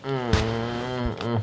err